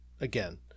again